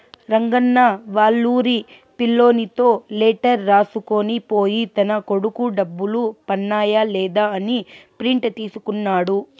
రంగన్న వాళ్లూరి పిల్లోనితో లెటర్ రాసుకొని పోయి తన కొడుకు డబ్బులు పన్నాయ లేదా అని ప్రింట్ తీసుకున్నాడు